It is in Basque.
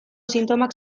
sintomak